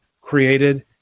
created